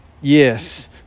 yes